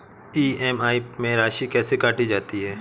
EMI में राशि कैसे काटी जाती है?